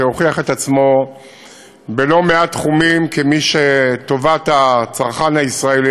שהוכיח את עצמו בלא-מעט תחומים כמי שטובת הצרכן הישראלי,